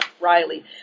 Riley